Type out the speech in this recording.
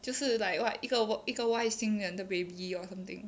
就是 like what 一个外一个外星人的 baby or something